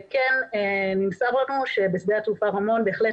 כן נמסר לנו שבשדה התעופה רמון בהחלט